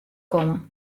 komme